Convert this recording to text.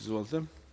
Izvolite.